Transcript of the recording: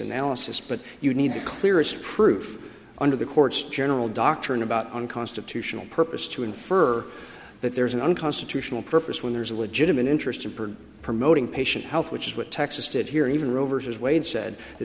analysis but you need the clearest proof under the court's general doctrine about unconstitutional purpose to infer that there is an unconstitutional purpose when there is a legitimate interest in promoting patient health which is what texas did here even roe versus wade said th